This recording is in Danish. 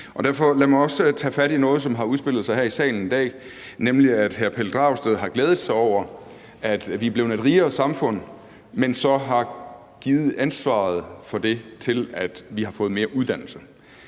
også tage fat i noget, som har udspillet sig her i salen i dag, nemlig at hr. Pelle Dragsted har glædet sig over, at vi er blevet et rigere samfund, men har givet æren for, at vi er blevet det, at vi har fået mere uddannelse.